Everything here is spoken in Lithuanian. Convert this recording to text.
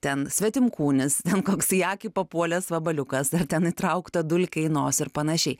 ten svetimkūnis koks į akį papuolęs vabaliukas ar ten įtraukta dulkė į nosį ir panašiai